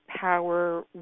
power